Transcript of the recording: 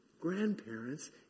grandparents